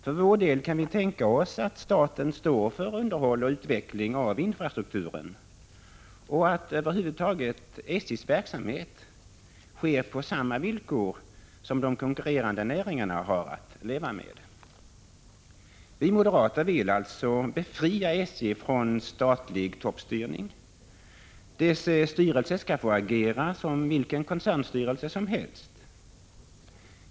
För vår del kan vi tänka oss att staten står för underhåll och utveckling av infrastrukturen, men SJ:s verksamhet över huvud taget skall ske på samma villkor som de konkurrerande näringarna har att leva med. Vi moderater vill alltså befria SJ från statlig toppstyrning. Dess styrelse skall få agera som vilken koncernstyrelse som helst.